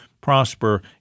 prosper